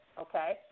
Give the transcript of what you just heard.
okay